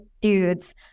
dudes